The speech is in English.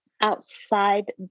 outside